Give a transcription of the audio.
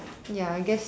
ya I guess